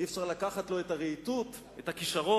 אי-אפשר לקחת לו את הרהיטות, את הכשרון,